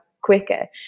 quicker